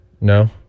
No